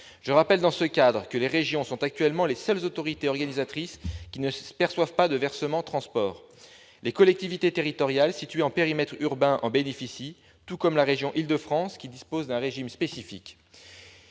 Je rappelle, dans ce cadre, que les régions sont actuellement les seules autorités organisatrices qui ne perçoivent pas de versement transport. Les collectivités territoriales situées en périmètre urbain en bénéficient, tout comme la région d'Île-de-France, qui dispose d'un régime spécifique.